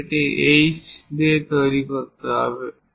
তবে এটি H দিয়ে করতে হবে